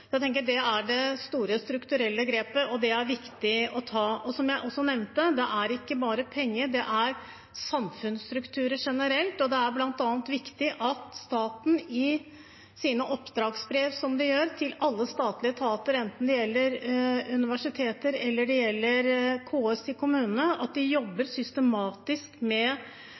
Jeg tenker at det er det store strukturelle grep ved, og det er det viktig å ta. Som jeg nevnte, det er ikke bare penger, det er snakk om samfunnsstrukturer generelt, og det er bl.a. viktig at staten i sine oppdragsbrev til alle statlige etater, enten det gjelder universiteter eller KS i kommunene, krever at de jobber systematisk med